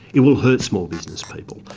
it will hurt small business people,